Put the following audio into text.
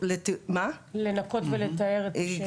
--- לנקות ולטהר את השטח?